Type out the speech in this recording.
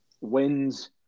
wins